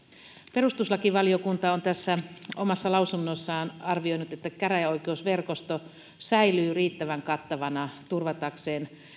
perustuslakivaliokunta on omassa lausunnossaan arvioinut että käräjäoikeusverkosto säilyy riittävän kattavana turvatakseen